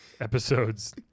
episodes